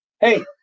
Hey